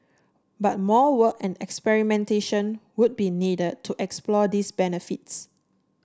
but more work and experimentation would be needed to explore these benefits